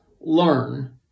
learn